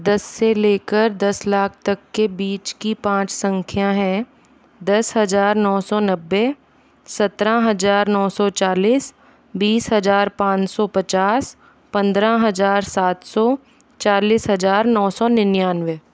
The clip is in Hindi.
दस से ले कर दस लाख तक के बीच की पाँच संख्या है दस हजार नौ सौ नब्बे सत्र हजार नौ सौ चालीस बीस हजार पाँच सौ पचास पन्द्रह हजार सात सौ चालीस हजार नौ सौ निन्यानवे